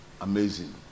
Amazing